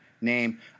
name